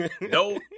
No